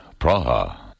Praha